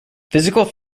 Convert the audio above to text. physical